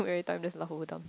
every time just laugh over dumb